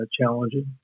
challenging